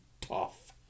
tough